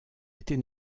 étés